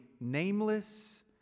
nameless